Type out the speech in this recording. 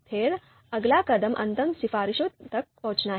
फिर अगला कदम अंतिम सिफारिश तक पहुंचना है